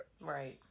Right